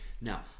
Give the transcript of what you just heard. Now